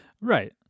Right